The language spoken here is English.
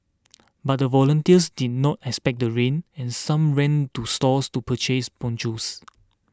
but the volunteers did not expect the rain and some ran to stores to purchase ponchos